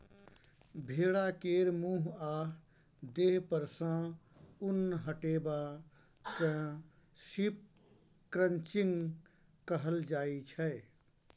भेड़ा केर मुँह आ देह पर सँ उन हटेबा केँ शिप क्रंचिंग कहल जाइ छै